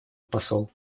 посол